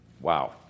Wow